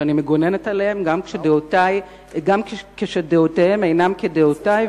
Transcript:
שאני מגוננת עליהם גם כשדעותיהם אינן כדעותי,